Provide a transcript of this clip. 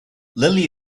lily